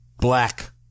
black